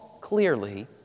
clearly